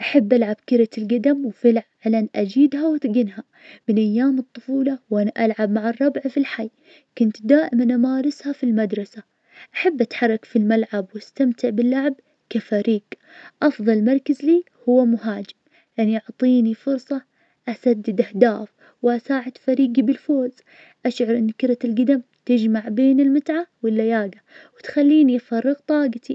و اعترف إني أو زي في رياضة السباحة كلمة حاولت أسبح أحس إني أضيع وأتعب بسرعة كنت أشارك الرابع في البركة بس كنت أطلع من الموية وأنا أزحف ما أقدر أتحكم في نفسي أشوفهم يسبحون بسهولة وانت خطط يمكن ما جربت تتعلم صح بس الصراحة أحس إن السباحة مو من هواياتي أفضل أركز على رياضات ثانيه